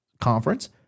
conference